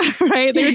right